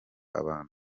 abantu